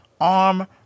Arm